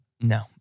No